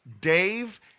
Dave